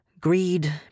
Greed